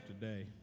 today